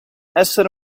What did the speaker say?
essere